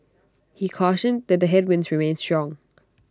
he cautioned that the headwinds remain strong